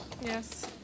Yes